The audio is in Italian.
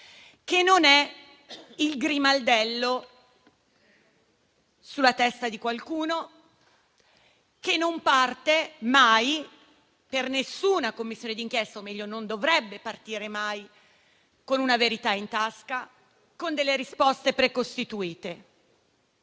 che non è il grimaldello sulla testa di qualcuno, che non parte mai per nessuna Commissione d'inchiesta, o meglio non dovrebbe partire mai con una verità in tasca o con delle risposte precostituite.